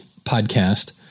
podcast